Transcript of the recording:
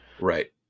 Right